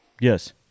Yes